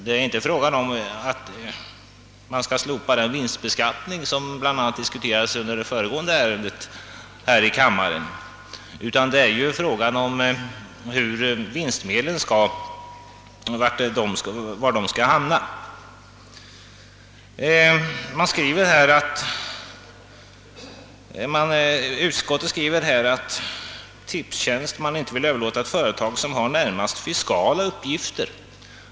Det är inte fråga om att slopa den vinstbeskattning, som bl.a. diskuterades under föregående ärende här i kammaren, utan det är fråga om var vinstmedlen skall hamna. Utskottet skriver, att man inte vill överlåta ett företag, som har närmast fiskala uppgifter.